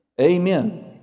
Amen